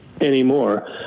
anymore